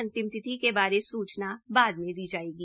अंतिम तिथि के बारे सूचना बाद में दी जायेगी